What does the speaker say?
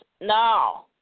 No